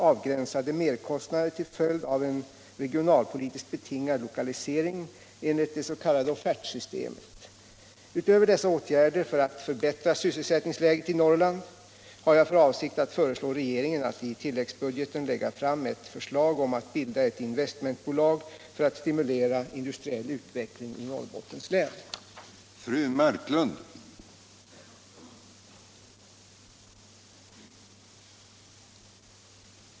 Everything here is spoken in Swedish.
Utöver dessa åtgärder för att förbättra sysselsättningsläget i Norrland har jag för avsikt att föreslå regeringen att i tilläggsbudgeten lägga fram ett förslag om att bilda ett investmentbolag för att stimulera industriell utveckling i Norrbottens län.